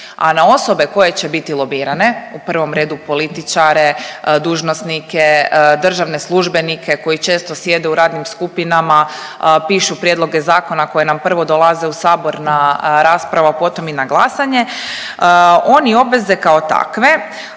a na osobe koje će biti lobirane, u prvom redu političare, dužnosnike, državne službenike koji često sjede u radnim skupinama, pišu prijedloge zakona koje nam prvo dolaze u Sabor na raspravu, a potom i na glasanje, oni obveze kao takve